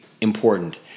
important